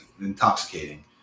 intoxicating